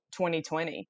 2020